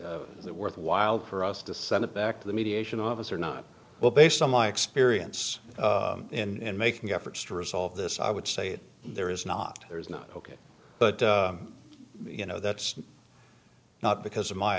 t worthwhile for us to send it back to the mediation office or not well based on my experience and making efforts to resolve this i would say that there is not there is not ok but you know that's not because of my